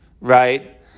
right